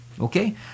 Okay